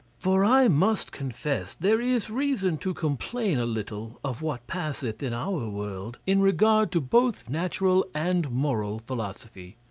for i must confess there is reason to complain a little of what passeth in our world in regard to both natural and moral philosophy.